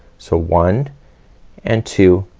so one and two.